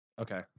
Okay